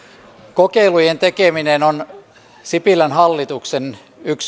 kokeilujen tekeminen on yksi sipilän hallituksen